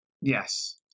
Yes